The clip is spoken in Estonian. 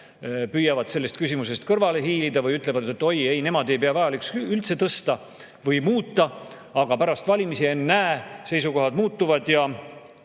püüavad sellest küsimusest kõrvale hiilida või ütlevad, et oi ei, nemad ei pea vajalikuks üldse tõsta või muuta. Aga pärast valimisi – ennäe! – seisukohad muutuvad.